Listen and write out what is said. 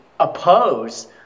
Oppose